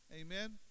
Amen